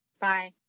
Bye